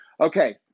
okay